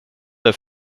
det